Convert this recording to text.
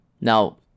now